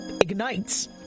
ignites